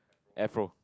afro